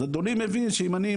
אז אדוני מבין שאם אני,